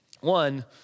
One